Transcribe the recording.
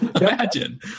imagine